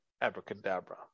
abracadabra